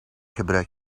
gebruik